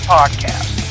Podcast